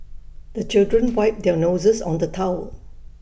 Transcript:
the children wipe their noses on the towel